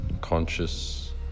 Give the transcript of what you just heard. conscious